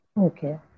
Okay